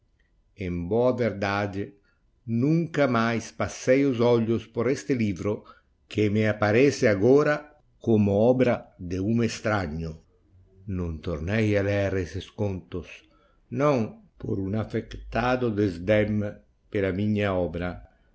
em boa verdade nunca mais passei os olhos por este livro que me apparece agora como obra de um extranho não tornei a lêr esses contos não por um affectado desdem pela minha obra